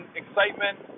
excitement